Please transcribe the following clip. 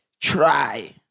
try